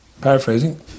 paraphrasing